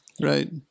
right